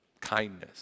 Kindness